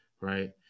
right